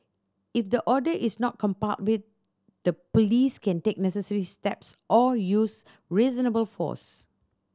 if the order is not complied with the Police can take necessary steps or use reasonable force